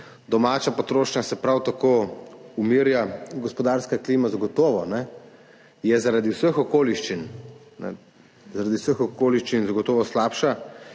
Domača potrošnja se prav tako umirja. Gospodarska klima je zaradi vseh okoliščin zagotovo slabša.